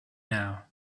now